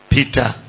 Peter